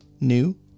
new